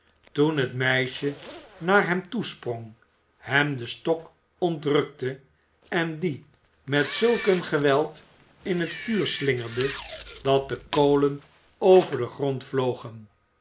toen het meisje naar hem toesprong hem den stok ontrukte en dien met zulk een geweld in het vuur slingerde dat de kolen over den grond